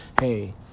hey